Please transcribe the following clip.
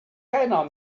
keiner